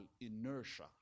inertia